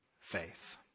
faith